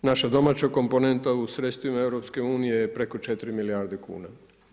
Naša domaća komponenta u sredstvima EU je preko 4 milijarde kn.